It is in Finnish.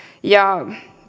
ja